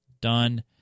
done